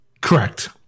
Correct